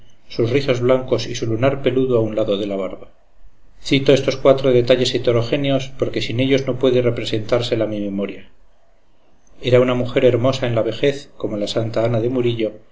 sus rizos blancos y su lunar peludo a un lado de la barba cito estos cuatro detalles heterogéneos porque sin ellos no puede representársela mi memoria era una mujer hermosa en la vejez como la santa ana de murillo